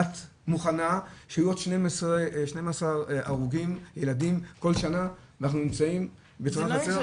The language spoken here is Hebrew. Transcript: את מוכנה שיהיו עוד 12 הרוגים ילדים כל שנה בתאונות חצר?